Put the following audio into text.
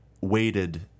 weighted